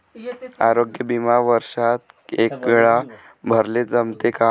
आरोग्य बिमा वर्षात एकवेळा भराले जमते का?